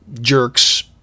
jerks